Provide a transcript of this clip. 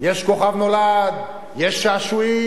יש "כוכב נולד", יש שעשועים,